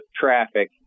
traffic